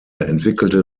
entwickelte